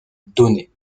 données